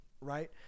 right